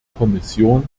kommission